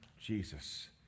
Jesus